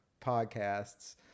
podcasts